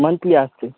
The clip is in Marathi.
मंथली असते